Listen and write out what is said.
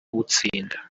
utsinda